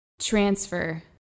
transfer